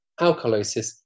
alkalosis